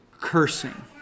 Cursing